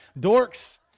Dorks